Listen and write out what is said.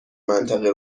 منطقه